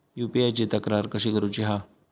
UPI ची तक्रार कशी करुची हा?